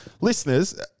Listeners